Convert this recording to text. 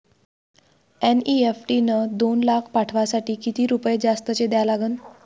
NEFT न दोन लाख पाठवासाठी किती रुपये जास्तचे द्या लागन?